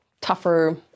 tougher